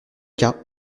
cas